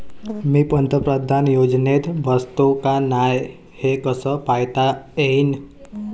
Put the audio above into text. मी पंतप्रधान योजनेत बसतो का नाय, हे कस पायता येईन?